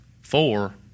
four